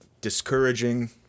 discouraging